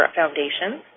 foundations